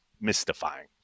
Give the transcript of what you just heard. mystifying